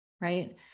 Right